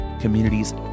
communities